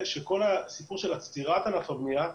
כל הסיפור של עצירת ענף הבנייה,